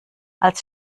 als